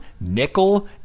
nickel